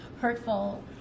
hurtful